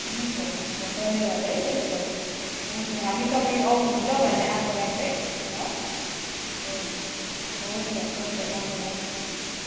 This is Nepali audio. हुन्छ हुन्छ धन्यवाद है त्यसो भए हुन्छ हामी तपाईँ आउनुहुन्छ भन्ने आशा राख्दै ल हुन्छ हुन्छ हुन्छ धन्यवाद